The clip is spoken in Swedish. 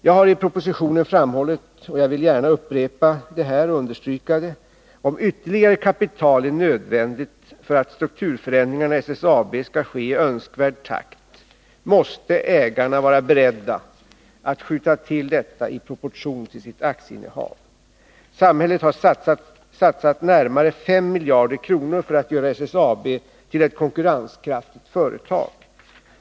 Jag har i propositionen framhållit, och jag vill gärna här upprepa och understryka det, att om ytterligare kapital är nödvändigt för att strukturförändringarna i SSAB skall ske i önskvärd takt, måste ägarna vara beredda att skjuta till detta i proportion till sitt aktieinnehav. Samhället har satsat närmare 5 miljarder kronor för att göra SSAB till ett konkurrenskraftigt företag.